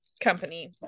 company